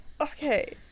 okay